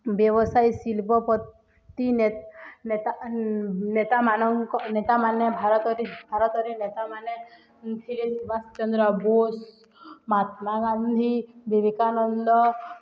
ବ୍ୟବସାୟୀ ଶିଳ୍ପପତି ନେ ନେତା ନେତାମାନଙ୍କ ନେତାମାନେ ଭାରତରେ ଭାରତରେ ନେତାମାନେ ଥିରେ ସୁବାଷ ଚନ୍ଦ୍ର ବୋଷ ମହାତ୍ମା ଗାନ୍ଧୀ ବିବେକାନନ୍ଦ